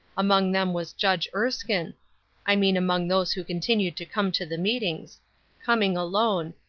among them was judge erskine i mean among those who continued to come to the meetings coming alone,